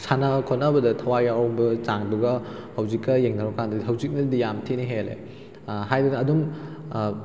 ꯁꯥꯟꯅ ꯈꯣꯠꯅꯕꯗ ꯊꯋꯥꯏ ꯌꯥꯎꯔꯝꯕ ꯆꯥꯡꯗꯨꯒ ꯍꯧꯖꯤꯛꯀ ꯌꯦꯡꯅꯔꯨꯕ ꯀꯥꯟꯗꯗꯤ ꯍꯧꯖꯤꯛꯅꯗꯤ ꯌꯥꯝ ꯊꯤꯅ ꯍꯦꯜꯂꯦ ꯍꯥꯏꯗꯨꯅ ꯑꯗꯨꯝ